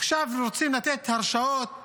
עכשיו רוצים לתת הרשאות